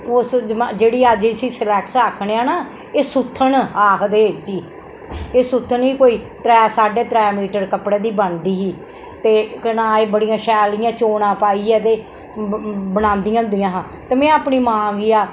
उस जम जेह्ड़ी अज्ज जिसी सलैक्स आक्खने आं ना एह् सुत्थन आखदे जिसी एह् सुत्थन कोई त्रै साड्डे त्रै मीटर कपड़े दी बनदी ही ते कन्नै बड़ियां शैल जियां चौनां पाइयै ते बन बनांदियां होंदियां हा ते में अपनी मां गी